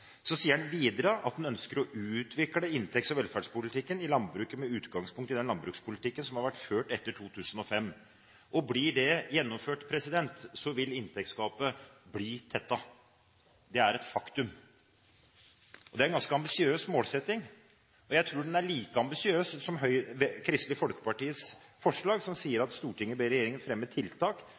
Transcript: Så sier man videre at man ønsker å «videreutvikle inntekts- og velferdspolitikken i landbruket med utgangspunkt i den landbrukspolitikken som er ført etter 2005». Blir det gjennomført, vil inntektsgapet bli tettet. Det er et faktum. Det er en ganske ambisiøs målsetting. Jeg tror den er like ambisiøs som Kristelig Folkepartis forslag, som lyder: «Stortinget ber regjeringen fremme tiltak